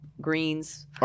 greens